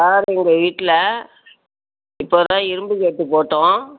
sir எங்கள் வீட்டில் இப்போதான் இரும்பு கேட்டு போட்டோம்